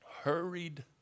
hurried